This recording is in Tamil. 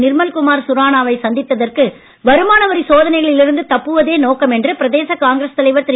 திர்மல்குமார் சுரானா வை சந்தித்ததற்கு வருமானவரி சோதனைகளில் இருந்து தப்புவதே நோக்கம் என்று பிரதேச காங்கிரஸ் தலைவர் திரு